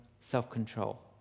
self-control